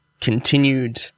continued